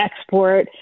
export